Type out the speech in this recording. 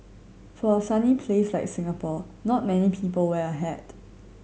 for a sunny place like Singapore not many people wear a hat